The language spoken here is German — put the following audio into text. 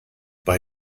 bei